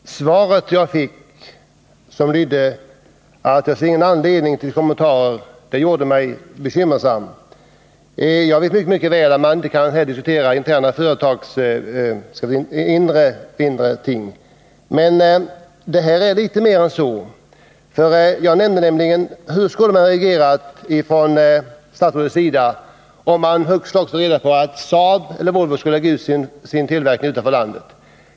Herr talman! Svaret jag fick, som lydde att det inte finns någon anledning till kommentarer, gjorde mig bekymrad. Jag vet mycket väl att vi inte här kan diskutera företags interna förhållanden, men nu gäller det litet mer än så. Jag frågade i mitt förra inlägg hur statsrådet skulle ha reagerat, om det plötsligt blivit bekant att SAAB eller Volvo tänkte förlägga sin tillverkning utanför landet.